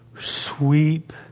sweep